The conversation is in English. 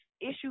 issue